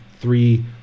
three